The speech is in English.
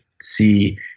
see